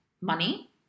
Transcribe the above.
money